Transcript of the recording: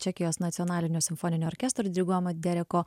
čekijos nacionalinio simfoninio orkestro diriguojamo deriko